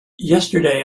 yesterday